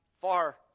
far